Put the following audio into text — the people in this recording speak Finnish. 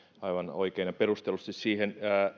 aivan oikein ja perustellusti siihen